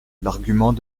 l’argument